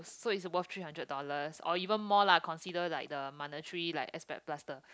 so it's worth three hundred dollars or even more lah consider like the monetary like aspect plus the